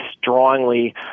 strongly